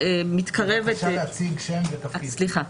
שמתקרבת לישוב מסוים.